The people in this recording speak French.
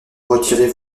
retirez